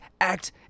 act